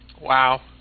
Wow